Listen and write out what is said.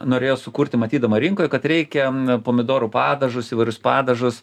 norėjo sukurti matydama rinkoj kad reikia pomidorų padažus įvairius padažus